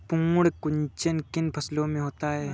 पर्ण कुंचन किन फसलों में होता है?